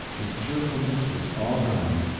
his cheerfulness was all gone,